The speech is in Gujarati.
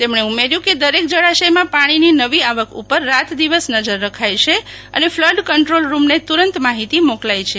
તેમને ઉમેર્યું કે દરેક જળાશય માં પાણી ની નવી આવક ઉપર રાતદિવસ નઝર રખાય છે અને ફ્લડ કંટ્રોલ રૂમ ને તુરંત માહિતી મોકલાય છે